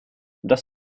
das